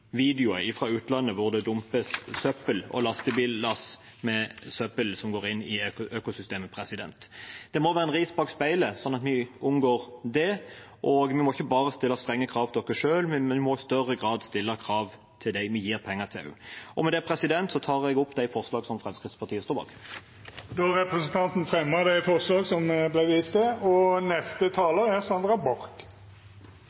videoer fra utlandet hvor det dumpes søppel og lastebillass med søppel som går inn i økosystemet. Det må være et ris bak speilet, slik at vi unngår det. Vi må ikke bare stille strenge krav til oss selv, men vi må i større grad stille krav til dem vi gir penger til. Med det tar jeg opp forslagene som Fremskrittspartiet står bak. Då har representanten Gisle Meininger Saudland teke opp dei forslaga han viste til.